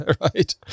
right